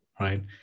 right